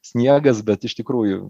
sniegas bet iš tikrųjų